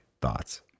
thoughts